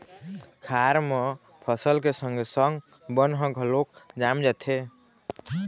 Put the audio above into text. खार म फसल के संगे संग बन ह घलोक जाम जाथे